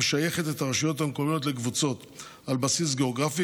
המשייכת את הרשויות המקומיות לקבוצות על בסיס גיאוגרפי,